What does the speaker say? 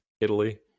Italy